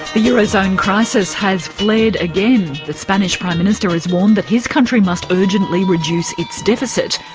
the eurozone crisis has flared again. the spanish prime minister has warned that his country must urgently reduce its deficit.